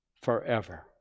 forever